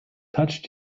touched